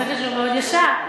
השכל שלו מאוד ישר,